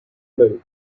followed